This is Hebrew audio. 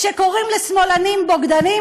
כשקוראים לשמאלנים "בוגדנים",